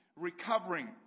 recovering